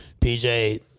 PJ